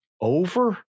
over